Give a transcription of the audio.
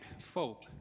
folk